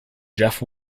geoff